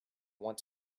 want